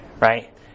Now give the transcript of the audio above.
Right